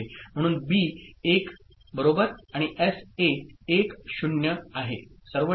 म्हणून बी 1 बरोबर आणि एस ए 1 0 आहे सर्व ठीक